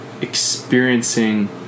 experiencing